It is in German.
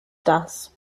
das